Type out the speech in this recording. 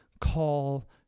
call